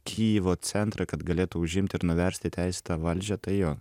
kijevo centrą kad galėtų užimt ir nuversti teisėtą valdžią tai jo